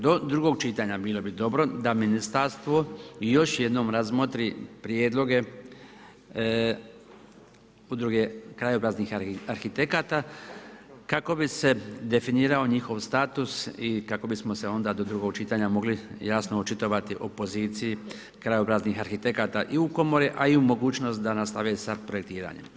Do drugog čitanja bilo bi dobro da ministarstvo i još jednom razmotri prijedloge udruge krajobraznih arhitekata kako bi se definirao njihov status i kako bismo se onda do drugog čitanja mogli jasno očitovati o poziciji krajobraznih arhitekata i u komori a i u mogućnosti da nastave sa projektiranjem.